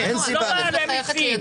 אין סיבה לחייך.